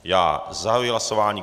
Já zahajuji hlasování.